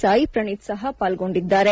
ಸಾಯಿಪ್ರಣೀತ್ ಸಹ ಪಾಲ್ಗೊಂಡಿದ್ದಾರೆ